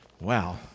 Wow